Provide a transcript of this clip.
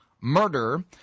murder